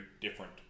different